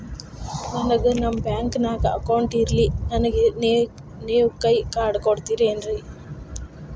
ನನ್ಗ ನಮ್ ಬ್ಯಾಂಕಿನ್ಯಾಗ ಅಕೌಂಟ್ ಇಲ್ರಿ, ನನ್ಗೆ ನೇವ್ ಕೈಯ ಕಾರ್ಡ್ ಕೊಡ್ತಿರೇನ್ರಿ?